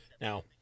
Now